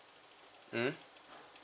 mm